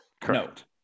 correct